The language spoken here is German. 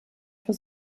für